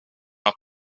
off